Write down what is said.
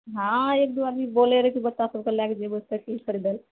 हँ एक दू आदमी बोले रहए कि बच्चा सब कऽ लए कऽ जेबए साइकिल खरीदए लए